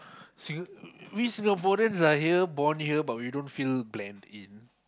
Singa~ we Singaporeans are here born here but we don't feel blend in